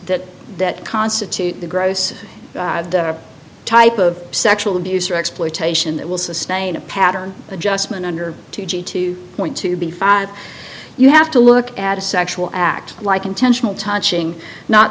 that that constitute the gross type of sexual abuse or exploitation that will sustain a pattern adjustment under two g two point to be five you have to look at a sexual act like intentional touching not